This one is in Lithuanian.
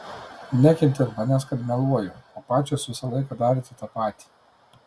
nekentėt manęs kad meluoju o pačios visą laiką darėte tą patį